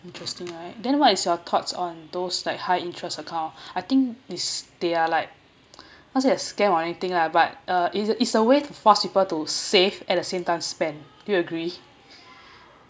interested right then what is your thoughts on those like high interest account I think is they're like not say a scam or anything lah but is a is a way of force people to save at the same time spend do you agree